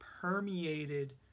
permeated